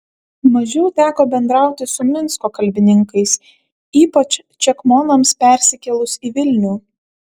mažiau teko bendrauti su minsko kalbininkais ypač čekmonams persikėlus į vilnių